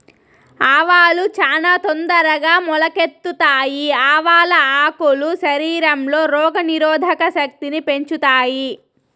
ఆవాలు చానా తొందరగా మొలకెత్తుతాయి, ఆవాల ఆకులు శరీరంలో రోగ నిరోధక శక్తిని పెంచుతాయి